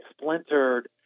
splintered